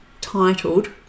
titled